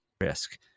risk